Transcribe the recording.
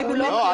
לא.